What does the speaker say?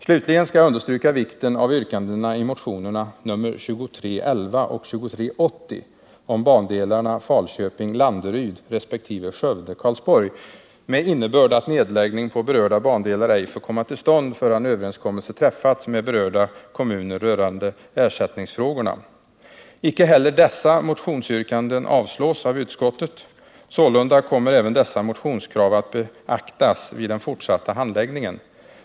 Slutligen skall jag understryka vikten av yrkandena i motionerna nr 2311 och 2380 om bandelarna Falköping-Landeryd resp. Skövde-Karlsborg med innebörd att nedläggning på berörda bandelar ej får komma till stånd förrän överenskommelse träffats med berörda kommuner rörande ersättningsfrågorna. Icke heller dessa motionsyrkanden avstyrks av utskottet. Sålunda kommer även dessa motionskrav att beaktas vid den fortsatta handläggningen.